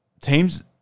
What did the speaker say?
Teams